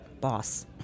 boss